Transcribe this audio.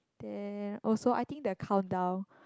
then also I think the countdown